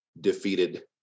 defeated